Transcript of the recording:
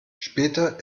später